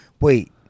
wait